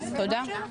תודה.